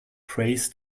prays